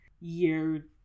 year